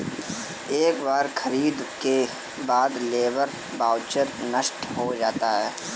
एक बार खरीद के बाद लेबर वाउचर नष्ट हो जाता है